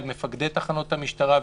אל מפקדי תחנות המשטרה,